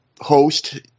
host